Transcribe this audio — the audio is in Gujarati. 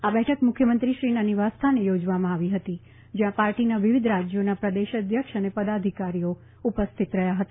આ બેઠક મુખ્યમંત્રીશ્રીના નિવાસ સ્થાને યોજવામાં આવી હતી જયાં પાર્ટીના વિવિધ રાજયોના પ્રદેશ અધ્યક્ષ અને પદાધિકારીઓ ઉપસ્થિત રહ્યાં હતા